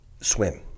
Swim